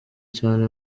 cyane